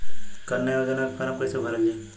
कन्या योजना के फारम् कैसे भरल जाई?